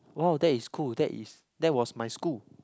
wow that is cool that is that was my school